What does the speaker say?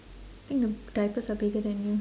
think the diapers are bigger than you